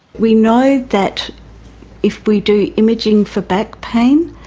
we know that if we do imaging for back pain,